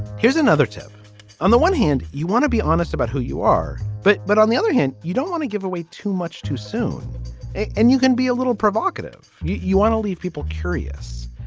here's another tip on the one hand you want to be honest about who you are. but but on the other hand you don't want to give away too much too soon and you can be a little provocative. you you want to leave people curious.